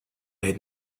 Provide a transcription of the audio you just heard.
ahead